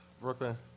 Brooklyn